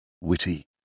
witty